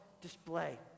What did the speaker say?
display